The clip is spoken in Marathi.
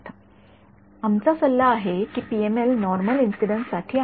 विद्यार्थीः आमचा सल्ला असा आहे की पीएमएल नॉर्मल इंसिडन्स साठी आहे